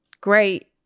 Great